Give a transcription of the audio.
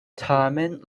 tamen